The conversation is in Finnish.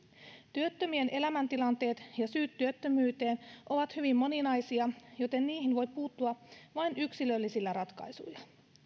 työttömien elämäntilanteet ja syyt työttömyyteen ovat hyvin moninaisia joten niihin voi puuttua vain yksilöllisillä ratkaisuilla